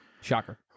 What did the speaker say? Shocker